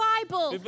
Bible